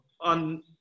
on